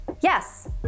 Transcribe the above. yes